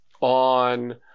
on